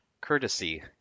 Courtesy